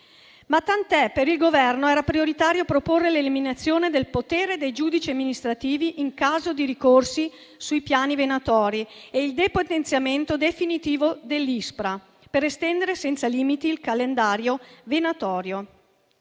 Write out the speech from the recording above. Ma tant'è. Per il Governo era prioritario proporre l'eliminazione del potere dei giudici amministrativi in caso di ricorsi sui piani venatori e il depotenziamento definitivo dell'ISPRA per estendere senza limiti il calendario venatorio.